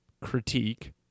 Critique